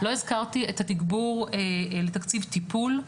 לא הזכרתי את התגבור לתקציב טיפול,